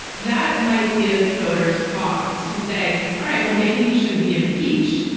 that might give voters pause to say, all right, well, maybe he shouldn't be impeached,